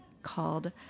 called